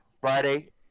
Friday